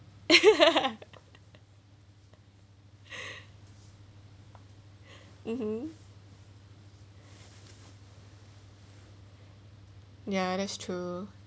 mmhmm ya that's true